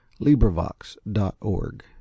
LibriVox.org